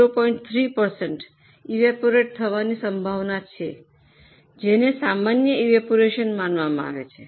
3 evaporate થવાની સંભાવના છે જેને સામાન્ય ઇવાપોરેશન માનવામાં આવે છે